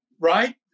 right